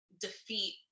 defeat